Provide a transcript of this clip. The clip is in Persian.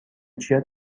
چیا